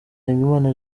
nsengimana